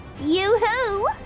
Yoo-hoo